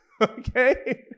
Okay